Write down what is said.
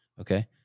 Okay